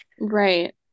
Right